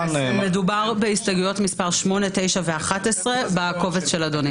מדובר בהסתייגויות מס' 8, 9 ו-11 בקובץ של אדוני.